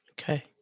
Okay